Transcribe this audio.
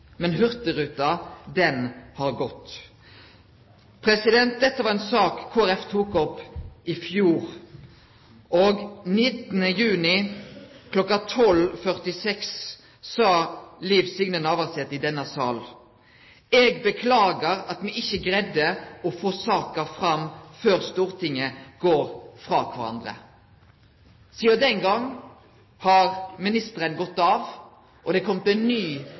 men hurtigruta, ho har gått. Dette var ei sak Kristeleg Folkeparti tok opp i fjor. Den 19. juni kl. 12.46 sa Liv Signe Navarsete i denne salen: «Eg beklagar at me ikkje greidde å få saka fram før Stortinget går frå kvarandre.» Sidan den gongen har ministeren gått av, og det har komme ein ny